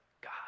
God